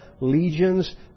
legions